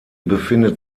befindet